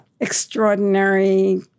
extraordinary